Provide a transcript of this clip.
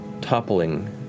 toppling